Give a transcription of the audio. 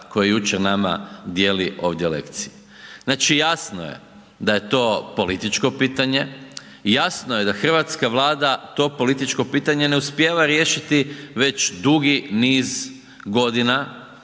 koji jučer nama dijeli ovdje lekcije. Znači jasno je da je to političko pitanje, jasno je da hrvatska Vlada to političko pitanje ne uspijeva riješiti već dugi niz godina